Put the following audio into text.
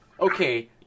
okay